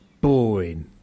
boring